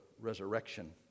resurrection